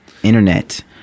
internet